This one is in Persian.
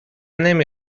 نمی